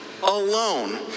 Alone